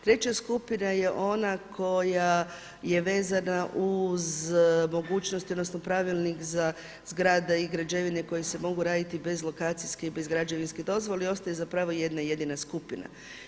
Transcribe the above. Treća skupina je ona koja je vezana uz mogućnosti, odnosno pravilnik za zgrade i građevine koje se mogu raditi bez lokacijske i bez građevinske dozvole i ostaje zapravo jedna jedina skupina.